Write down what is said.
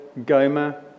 Goma